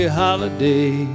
holiday